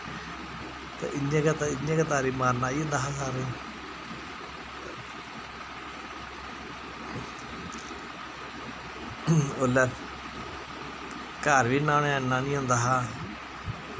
ते इ'यां गै इ'यां गै तारी मारना आई जंदा हा सारें गी उसलै घर बी इन्ना निं होंदा हा